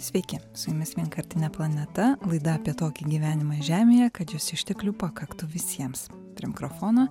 sveiki su jumis vienkartinė planeta laida apie tokį gyvenimą žemėje kad jos išteklių pakaktų visiems trimkrofono